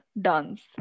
dance